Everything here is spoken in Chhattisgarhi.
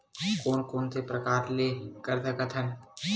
कोन कोन से प्रकार ले कर सकत हन?